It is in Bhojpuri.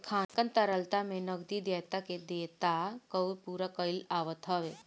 लेखांकन तरलता में नगदी दायित्व के देयता कअ पूरा कईल आवत हवे